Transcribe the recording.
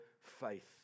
faith